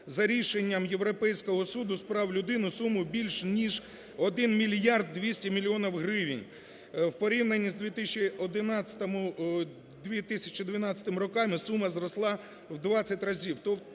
за рішенням Європейського суду з прав людини суму більш ніж 1 мільярд 200 мільйонів гривень. В порівнянні з 2011-2012 роками сума зросла в 20 разів,